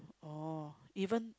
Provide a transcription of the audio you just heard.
oh even